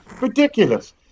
Ridiculous